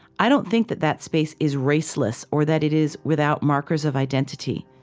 i don't think that that space is raceless or that it is without markers of identity.